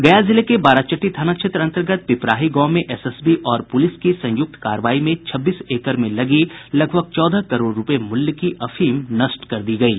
गया जिले के बाराचट्टी थाना क्षेत्र अंतर्गत पिपराही गांव में एसएसबी और पुलिस की संयुक्त कार्रवाई में छब्बीस एकड़ में लगी लगभग चौदह करोड़ रूपये मूल्य की अफीम नष्ट कर दी गयी